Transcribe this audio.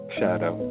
shadow